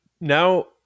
now